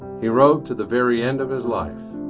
he wrote to the very end of his life.